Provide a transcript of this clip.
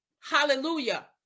hallelujah